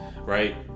right